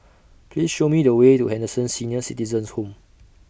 Please Show Me The Way to Henderson Senior Citizens' Home